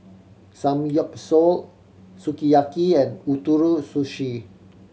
Samgyeopsal Sukiyaki and Ootoro Sushi